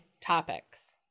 topics